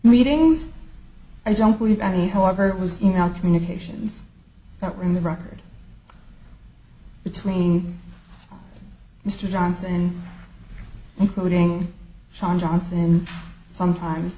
meetings i don't believe any however it was you know communications that were in the record between mr johnson and including shawn johnson sometimes